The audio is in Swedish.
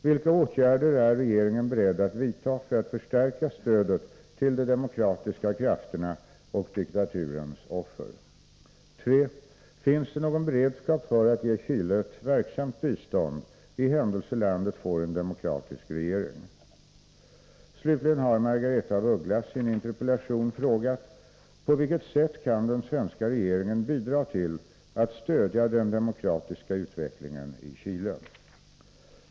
Vilka åtgärder är regeringen beredd att vidta för att förstärka stödet till de demokratiska krafterna och diktaturens offer? 3. Finns det någon beredskap för att ge Chile ett verksamt bistånd i den händelse att landet får en demokratisk regering? Slutligen har Margaretha af Ugglas i en interpellation frågat på vilket sätt den svenska regeringen kan bidra till att stödja den demokratiska utvecklingen i Chile.